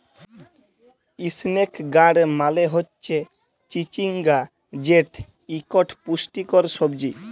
ইসনেক গাড় মালে হচ্যে চিচিঙ্গা যেট ইকট পুষ্টিকর সবজি